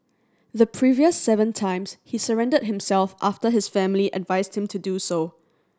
the previous seven times he surrendered himself after his family advised him to do so